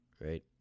right